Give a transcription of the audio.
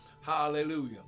Hallelujah